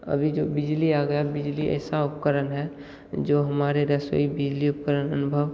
अभी जो बिजली आ गया बिजली ऐसा उपकरण है जो हमारे रसोई बिजली उपकरण अनुभव